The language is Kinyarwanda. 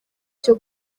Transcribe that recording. cyo